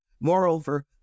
Moreover